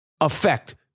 effect